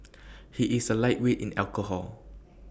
he is A lightweight in alcohol